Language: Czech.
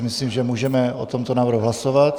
Myslím, že můžeme o tomto návrhu hlasovat.